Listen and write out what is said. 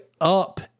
up